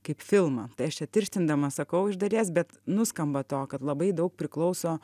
kaip filmą tai aš čia tirštindama sakau iš dalies bet nuskamba to kad labai daug priklauso